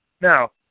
Now